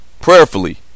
prayerfully